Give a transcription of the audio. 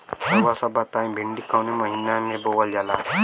रउआ सभ बताई भिंडी कवने महीना में बोवल जाला?